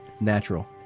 Natural